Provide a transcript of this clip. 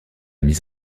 mise